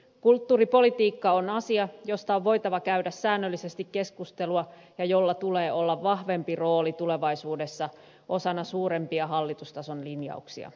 kulttuuripolitiikka on asia josta on voitava käydä säännöllisesti keskustelua ja jolla tulee olla vahvempi rooli tulevaisuudessa osana suurempia hallitustason linjauksia